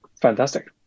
fantastic